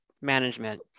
Management